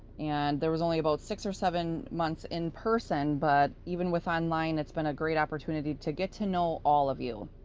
and there was only about six or seven months in person, but even with online it's been a great opportunity to get to know all of you.